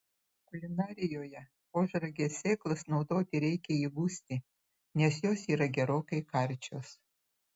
kulinarijoje ožragės sėklas naudoti reikia įgusti nes jos yra gerokai karčios